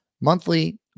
Monthly